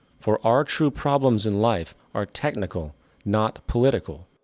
for our true problems in life are technical not political.